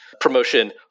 promotion